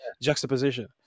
juxtaposition